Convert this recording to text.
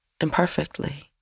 imperfectly